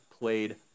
played